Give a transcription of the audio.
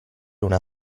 una